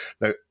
Now